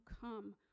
come